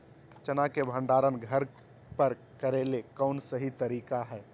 चना के भंडारण घर पर करेले कौन सही तरीका है?